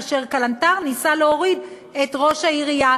כאשר כלנתר ניסה להוריד את ראש העירייה